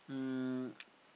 um